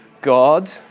God